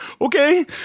okay